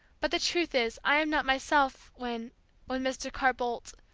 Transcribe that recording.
but the truth is, i am not myself when when mr. carr-boldt